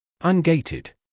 Ungated